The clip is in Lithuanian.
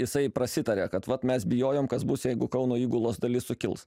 jisai prasitaria kad vat mes bijojom kas bus jeigu kauno įgulos dalis sukils